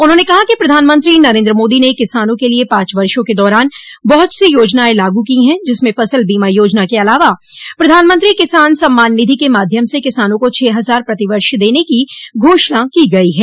उन्होंने कहा कि प्रधानमंत्री नरेन्द्र मोदी ने किसानों के लिए पाँच वर्षो के दौरान बहुत सी योजनायें लागू की हैं जिसमें फसल बीमा योजना के अलावा प्रधानमंत्री किसान ॅसम्मान निधि के माध्यम से किसानों को छः हजार प्रतिवर्ष देने की घोषणा की गयी है